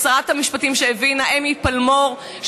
שרת המשפטים, שהבינה, אמי פלמור, תודה.